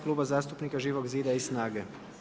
Kluba zastupnika Živog zida i SNAGA-e.